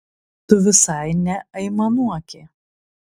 tu visai neaimanuoki